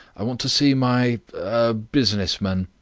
i want to see my er business man.